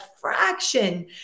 fraction